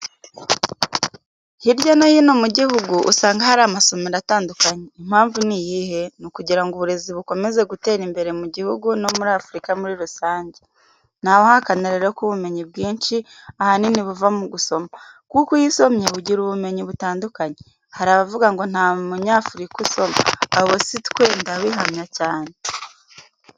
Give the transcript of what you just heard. Hirya no hino mu gihugu usanga hari amasomero atandukanye, impamvu ni iyihe? Ni ukugira ngo uburezi bokomeze gutera imbere mu gihugu no muri Afurika muri rusange. Ntawahakana rero ko ubumenyi bwinshi ahanini buva mu gusoma, kuko iyo usomye ugira ubumenyi butandukanye. Hari abavuga ngo nta munyafurika usoma, abo si twe ndabihamya cyane.